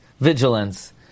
vigilance